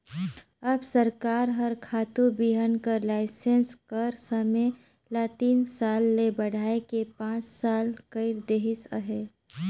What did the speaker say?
अब सरकार हर खातू बीहन कर लाइसेंस कर समे ल तीन साल ले बढ़ाए के पाँच साल कइर देहिस अहे